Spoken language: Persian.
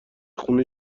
خونه